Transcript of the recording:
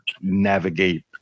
navigate